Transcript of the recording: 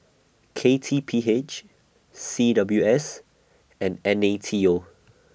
K T P H C W S and N A T O